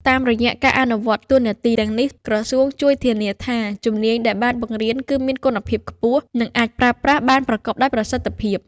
តាមរយៈការអនុវត្តតួនាទីទាំងនេះ ក្រសួងជួយធានាថាជំនាញដែលបានបង្រៀនគឺមានគុណភាពខ្ពស់ និងអាចប្រើប្រាស់បានប្រកបដោយប្រសិទ្ធភាព។